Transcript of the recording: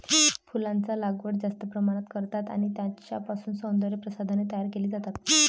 फुलांचा लागवड जास्त प्रमाणात करतात आणि त्यांच्यापासून सौंदर्य प्रसाधने तयार केली जातात